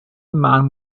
man